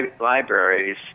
libraries